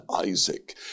Isaac